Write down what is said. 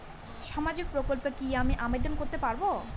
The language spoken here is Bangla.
সামাজিক প্রকল্পে কি আমি আবেদন করতে পারবো?